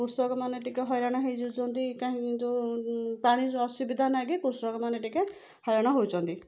କୃଷକମାନେ ଟିକେ ହଇରାଣ ହେଇଯାଉଛନ୍ତି କାହିଁ ଯେଉଁ ପାଣିର ଅସୁବିଧା ନାଗି କୃଷକମାନେ ଟିକେ ହଇରାଣ ହଉଛନ୍ତି